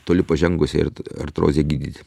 toli pažengusiai ar artrozei gydyti